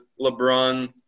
LeBron